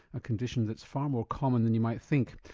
a condition that's far more common than you might think.